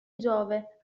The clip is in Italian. giove